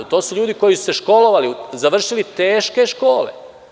To su ljudi koji su se školovali, završili teške škole.